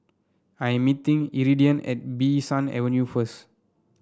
I am meeting Iridian at Bee San Avenue first